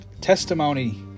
testimony